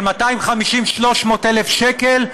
של 250,000 300,000 שקל,